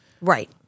Right